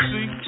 See